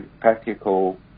practical